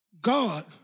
God